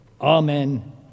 Amen